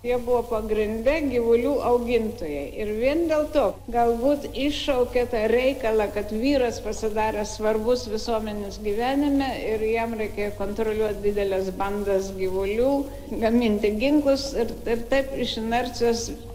jie buvo pagrinde gyvulių augintojai ir vien dėl to galbūt iššaukė tą reikalą kad vyras pasidarė svarbus visuomenės gyvenime ir jam reikia kontroliuot dideles bandas gyvulių gaminti ginklus ir ir taip iš inercijos